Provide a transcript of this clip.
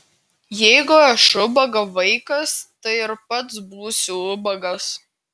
jeigu aš ubago vaikas tai ir pats būsiu ubagas